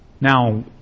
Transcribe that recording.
Now